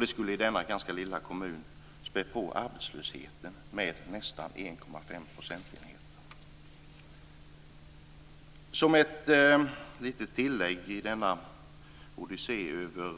Det skulle i denna lilla kommun späda på arbetslösheten med nästan 1,5 Som ett tillägg i denna odyssé över